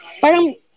parang